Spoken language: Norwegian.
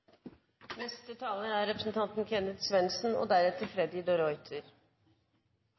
Neste taler er representanten